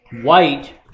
White